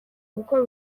gukora